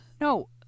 no